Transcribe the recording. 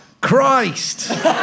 Christ